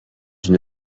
une